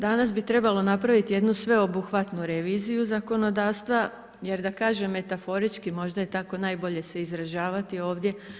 Danas bi trebalo napraviti jednu sveobuhvatnu reviziju zakonodavstva, jer da kažem metaforički možda je tako najbolje se izražavati ovdje.